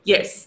Yes